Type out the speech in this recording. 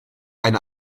eine